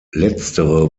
letztere